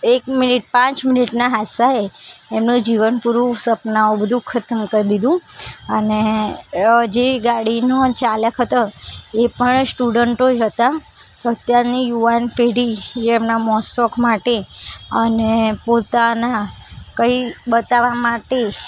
એક મિનીટ પાંચ મિનીટના હાદ્સાએ એમનું જીવન પૂરું સપનાઓ બધું ખતમ કરી દીધું અને જે ગાડીનો ચાલક હતો એ પણ સ્ટુડન્ટો જ હતા અત્યારની યુવાન પેઢી જે એમના મોજશોખ માટે અને પોતાના કંઈક બતાવવા માટે